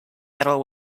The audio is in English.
medal